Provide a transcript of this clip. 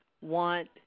want